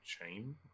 Chain